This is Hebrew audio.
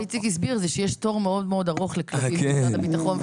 מה שאיציק הסביר זה שיש תור מאוד מאוד ארוך לכלבים של משרד הביטחון.